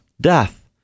death